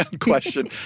question